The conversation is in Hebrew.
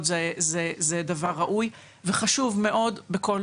זה רשת עם שני עמודים,